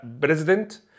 president